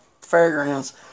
fairgrounds